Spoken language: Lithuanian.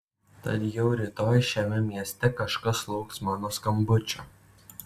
tad jau rytoj šiame mieste kažkas lauks mano skambučio